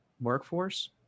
workforce